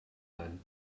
ein